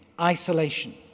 isolation